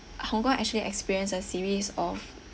hong kong actually experienced a series of